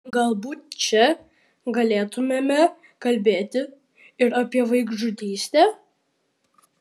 galbūt čia galėtumėme kalbėti ir apie vaikžudystę